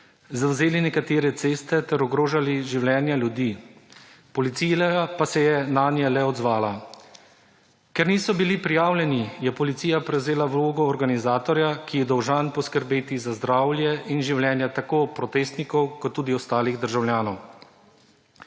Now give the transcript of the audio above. zavzeli nekatere ceste ter ogrožali življenja ljudi, policija pa se je nanje le odzvala. Ker niso bili prijavljeni, je policija prevzela vlogo organizatorja, ki je dolžan poskrbeti za zdravje in življenje tako protestnikov kot tudi ostalih državljanov.